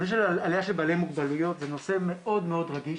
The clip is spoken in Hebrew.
העלייה של בעלי מוגבלויות זה נושא מאוד מאוד רגיש,